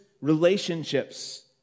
relationships